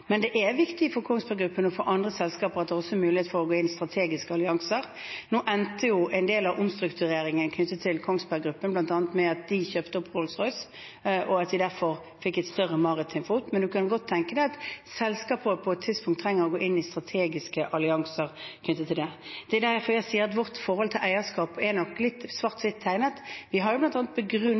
Men det er viktig for Kongsberg Gruppen og for andre selskaper at det også er mulighet for å gå inn i strategiske allianser. Nå endte jo en del av omstruktureringen knyttet til Kongsberg Gruppen bl.a. med at de kjøpte opp Rolls-Royce, og at de derfor fikk et større maritimt fotfeste, men man kan godt tenke seg at selskaper på et tidspunkt trenger å gå inn i strategiske allianser. Det er derfor jeg sier at vårt forhold til eierskap er nok litt svart-hvitt tegnet. Vi har bl.a. begrunnet